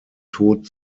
tod